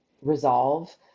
resolve